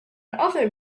other